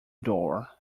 door